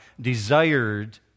desired